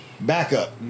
backup